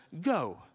go